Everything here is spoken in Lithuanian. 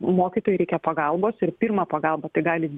mokytojai reikia pagalbos ir pirmą pagalbą tai gali